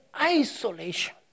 isolation